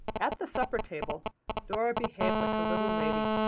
at the supper table dora behaved like a little lady,